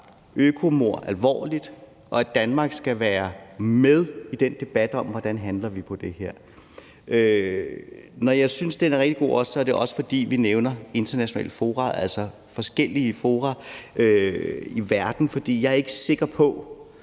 økomord alvorligt, og at Danmark skal være med i den debat om, hvordan vi handler på det her. Når jeg synes, den er rigtig god, er det også, fordi vi nævner internationale fora, altså forskellige fora i verden, for jeg er ikke sikker på,